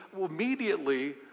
immediately